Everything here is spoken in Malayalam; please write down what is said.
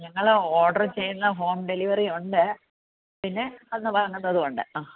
ഞങ്ങൾ ഓർഡർ ചെയ്യുന്ന ഹോം ഡെലിവറി ഉണ്ട് പിന്നെ വന്നു വാങ്ങുന്നതും ഉണ്ട് ആ